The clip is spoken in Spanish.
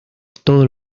todos